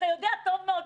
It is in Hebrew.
אתה יודע טוב מאוד,